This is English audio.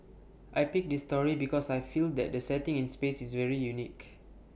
I picked this story because I feel that the setting in space is very unique